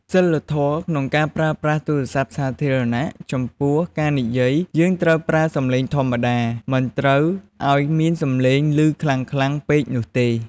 សីលធម៌ ក្នុងការប្រើប្រាស់ទូរស័ព្ទនៅទីសាធារណៈ ចំពោះការនិយាយ យើងត្រូវប្រើសំឡេងធម្មតា មិនត្រូវអោយមានសំឡេងឮខ្លាំងៗពេកនោះទេ។